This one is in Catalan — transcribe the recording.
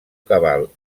cabal